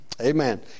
Amen